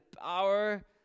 power